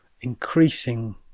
increasing